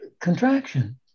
contraction